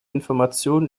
information